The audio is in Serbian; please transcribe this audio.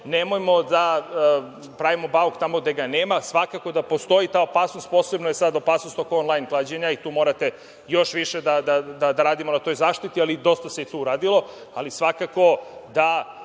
nemojmo da pravimo bauk tamo gde ga nema. Svakako da postoji ta opasnost, posebno je sada opasnost onlajn klađenja i tu moramo još više da radimo na toj zaštiti, ali dosta se tu i uradilo, ali svakako da,